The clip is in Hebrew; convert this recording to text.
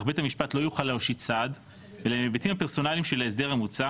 אך בית המשפט לא יוכל להושיט סעד אלא היבטים פרסונליים של ההסדר המוצע